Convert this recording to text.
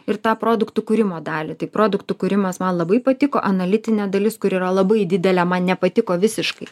ir tą produktų kūrimo dalį tai produktų kūrimas man labai patiko analitinė dalis kuri yra labai didelė man nepatiko visiškai